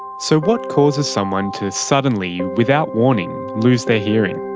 so what causes someone to suddenly, without warning, lose their hearing?